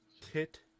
tit